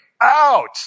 out